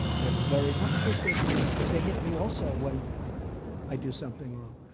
they're very not because they're good, because they hit me also when i do something wrong.